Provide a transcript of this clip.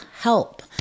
help